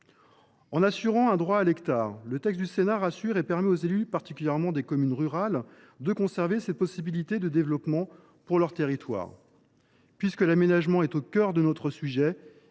En garantissant un droit à l’hectare, le texte du Sénat rassure. Il permet aux élus, tout particulièrement dans les communes rurales, de conserver une possibilité de développement pour leur territoire. De plus, puisque l’aménagement est au cœur de notre sujet,